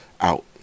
out